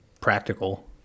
practical